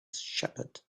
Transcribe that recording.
shepherd